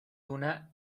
una